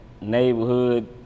neighborhood